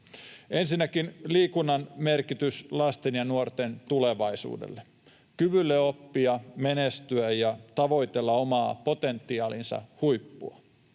Ensinnäkin liikunnan merkityksestä lasten ja nuorten tulevaisuudelle, kyvylle oppia, menestyä ja tavoitella oman potentiaalinsa huippua.